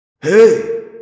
Hey